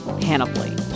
Panoply